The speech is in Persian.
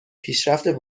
پیشرفت